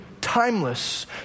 timeless